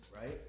right